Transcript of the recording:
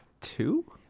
Two